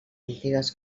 antigues